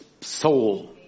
soul